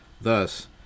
thus